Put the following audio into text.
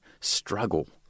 struggle